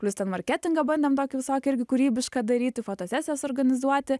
plius ten marketingą bandėm tokį visokį irgi kūrybišką daryti fotosesijas organizuoti